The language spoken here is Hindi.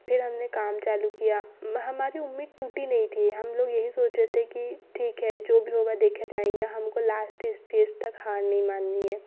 फिर हमने काम चालू किया वह हमारी उम्मीद टूटी नहीं थी हम लोग यही सोच रहे थे कि ठीक है जो भी होगा देखा जायेंगे हमको लास्ट स्टेज तक हार नहीं माननी है